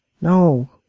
no